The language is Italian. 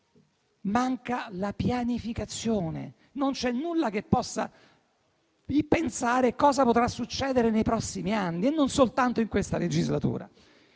Manca la pianificazione. Non c'è nulla su cosa potrà succedere nei prossimi anni e non soltanto in questa legislatura.